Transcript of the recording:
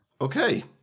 Okay